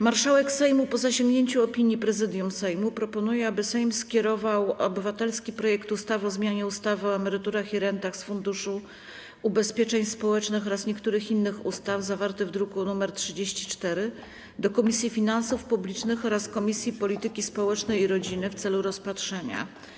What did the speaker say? Marszałek Sejmu, po zasięgnięciu opinii Prezydium Sejmu, proponuje, aby Sejm skierował obywatelski projekt ustawy o zmianie ustawy o emeryturach i rentach z Funduszu Ubezpieczeń Społecznych oraz niektórych innych ustaw, zawarty w druku nr 34, do Komisji Finansów Publicznych oraz Komisji Polityki Społecznej i Rodziny w celu rozpatrzenia.